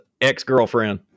ex-girlfriend